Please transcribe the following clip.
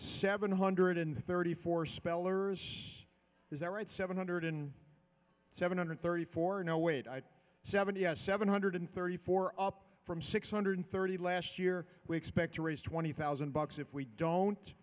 seven hundred thirty four spellers is that right seven hundred and seven hundred thirty four no wait i seventy seven hundred thirty four up from six hundred thirty last year we expect to raise twenty thousand bucks if we